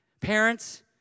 parents